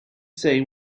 say